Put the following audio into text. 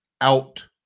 out